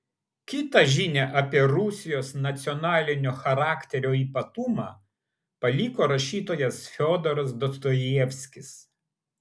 kitą žinią apie rusijos nacionalinio charakterio ypatumą paliko rašytojas fiodoras dostojevskis